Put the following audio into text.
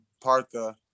Partha